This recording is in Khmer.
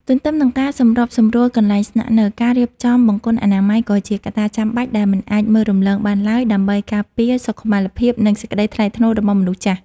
ទន្ទឹមនឹងការសម្របសម្រួលកន្លែងស្នាក់នៅ ការរៀបចំបង្គន់អនាម័យ ក៏ជាកត្តាចាំបាច់ដែលមិនអាចមើលរំលងបានឡើយ ដើម្បីការពារសុខុមាលភាព និងសេចក្តីថ្លៃថ្នូររបស់មនុស្សចាស់។